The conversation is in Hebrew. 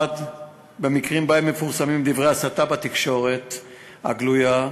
במקרים שבהם מפורסמים דברי הסתה בתקשורת הגלויה,